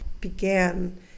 began